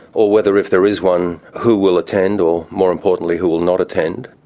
or whether if there is one who will attend or more importantly who will not attend.